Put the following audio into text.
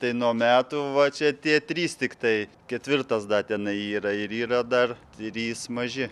tai nuo metų va čia tie trys tiktai ketvirtas da tenai yra ir yra dar trys maži